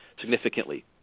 significantly